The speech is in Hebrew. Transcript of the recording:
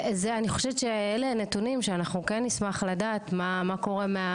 זה אני חושבת שאלה נתונים שאנחנו כן נשמח לדעת מה קורה,